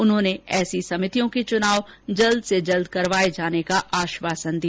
उन्होंने ऐसी समितियों के चुनाव जल्द से जल्द करवाए जाने का आश्वासन दिया